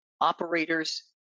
operators